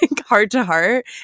heart-to-heart